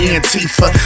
Antifa